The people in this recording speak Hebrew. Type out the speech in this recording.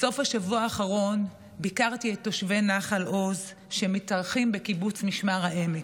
בסוף השבוע האחרון ביקרתי את תושבי נחל עוז שמתארחים בקיבוץ משמר העמק.